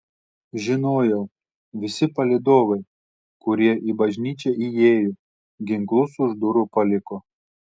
žinojau visi palydovai kurie į bažnyčią įėjo ginklus už durų paliko